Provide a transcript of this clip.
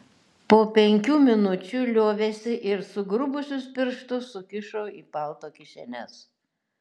po penkių minučių liovėsi ir sugrubusius piršus susikišo į palto kišenes